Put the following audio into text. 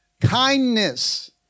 kindness